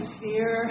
fear